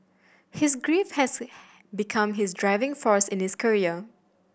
his grief has become his driving force in this career